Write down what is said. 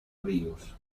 ríos